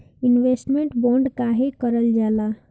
Investment bond काहे कारल जाला?